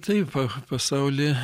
taip pasaulį